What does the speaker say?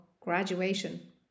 graduation